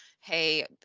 hey